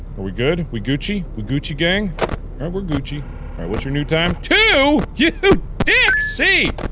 are we good? we gucci? we gucci gang? alright we're gucci right what's your new time two! you dicksie!